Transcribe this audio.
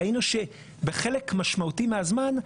וראינו שבחלק משמעותי מהזמן,